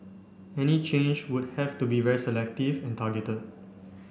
any change would have to be very selective and targeted